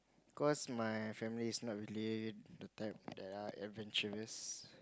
cause my family is not really the type that are adventurous